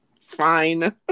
Fine